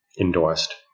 endorsed